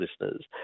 listeners